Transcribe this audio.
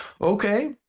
Okay